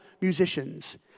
musicians